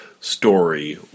story